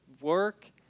work